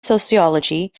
sociology